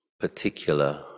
particular